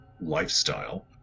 lifestyle